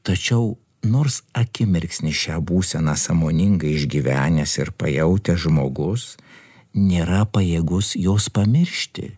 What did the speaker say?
tačiau nors akimirksnį šią būseną sąmoningai išgyvenęs ir pajautęs žmogus nėra pajėgus jos pamiršti